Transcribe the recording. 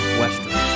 western